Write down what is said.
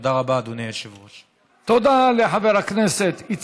תודה רבה, אדוני היושב-ראש.